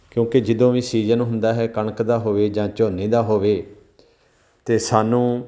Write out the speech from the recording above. ਕਿਉਂਕਿ ਜਦੋਂ ਵੀ ਸੀਜ਼ਨ ਹੁੰਦਾ ਹੈ ਕਣਕ ਦਾ ਹੋਵੇ ਜਾਂ ਝੋਨੇ ਦਾ ਹੋਵੇ ਤਾਂ ਸਾਨੂੰ